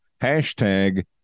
hashtag